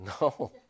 No